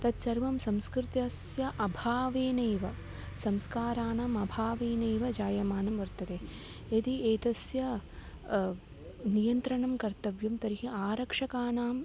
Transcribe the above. तत्सर्वं संस्कृतस्य अभावेनैव संस्काराणाम् अभावेनैव जायमानं वर्तते यदि एतस्य नियन्त्रणं कर्तव्यं तर्हि आरक्षकाणां